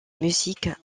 musique